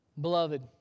Beloved